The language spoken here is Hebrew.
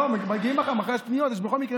מגיעים מחר, יש פניות מחר.